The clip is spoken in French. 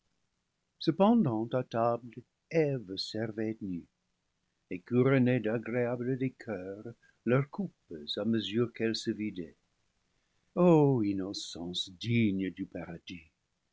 cependant à table eve servait nue et couronnait d'agréable liqueur leurs coupes à mesure qu'elle se vidaient oh innocence digne du paradis